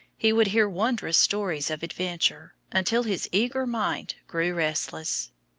he would hear wondrous stories of adventure, until his eager mind grew restless.